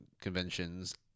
conventions